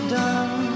done